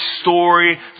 story